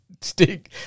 stick